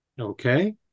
okay